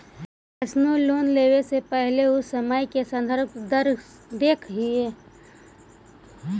कइसनो लोन लेवे से पहिले उ समय के संदर्भ दर देख लिहऽ